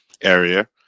area